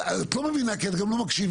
את לא מבינה כי את גם לא מקשיבה.